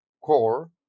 core